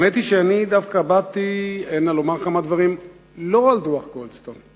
האמת היא שאני באתי הנה לומר כמה דברים לא על דוח גולדסטון.